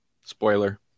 Spoiler